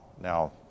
Now